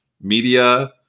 media